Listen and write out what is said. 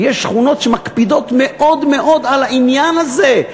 ויש שכונות שמקפידות מאוד מאוד על העניין הזה,